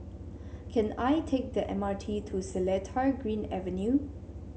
can I take the M R T to Seletar Green Avenue